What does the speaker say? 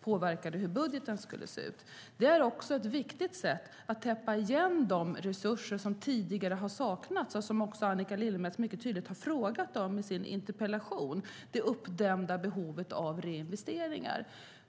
påverkade hur budgeten skulle se ut. Det är ett viktigt sätt att täppa igen det som tidigare har saknats och, som Annika Lillemets har frågat om i sin interpellation, det uppdämda behovet av reinvesteringar.